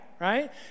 right